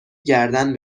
گردن